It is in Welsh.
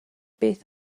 beth